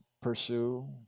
pursue